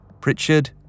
Pritchard